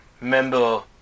member